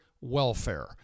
welfare